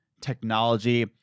technology